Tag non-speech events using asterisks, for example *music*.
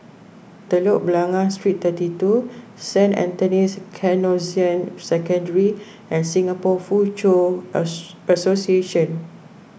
Telok Blangah Street thirty two Saint Anthony's Canossian Secondary and Singapore Foochow *noise* Association